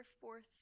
fourth